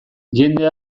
jende